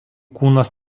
kūnas